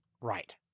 Right